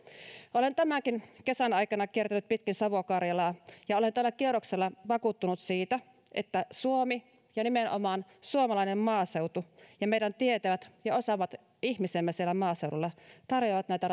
olen tämänkin kesän aikana kiertänyt pitkin savo karjalaa ja olen tällä kierroksella vakuuttunut siitä että suomi ja nimenomaan suomalainen maaseutu ja meidän tietävät ja osaavat ihmisemme siellä maaseudulla tarjoavat näitä